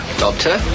doctor